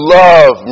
love